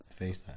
FaceTime